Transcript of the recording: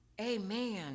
Amen